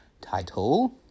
title